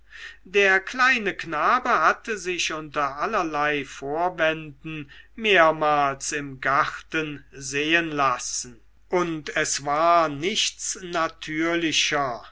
der kleine knabe hatte sich unter mancherlei vorwänden mehrmals im garten sehen lassen und es war nichts natürlicher